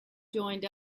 joined